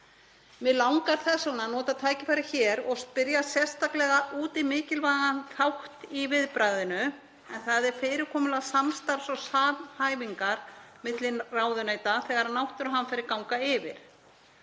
Mig langar þess vegna að nota tækifærið hér og spyrja sérstaklega út í mikilvægan þátt í viðbragðinu en það er fyrirkomulag samstarfs og samhæfingar milli ráðuneyta þegar náttúruhamfarir ganga yfir